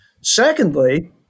Secondly